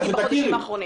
מספר.